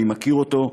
אני מכיר אותו,